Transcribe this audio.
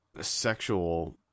sexual